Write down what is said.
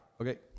okay